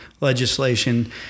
legislation